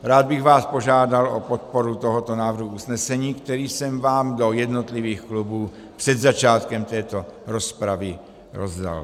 Rád bych vás požádal o podporu tohoto návrhu usnesení, který jsem vám do jednotlivých klubů před začátkem této rozpravy rozdal.